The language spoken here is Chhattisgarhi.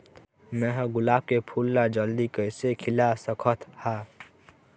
मैं ह गुलाब के फूल ला जल्दी कइसे खिला सकथ हा?